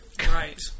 Right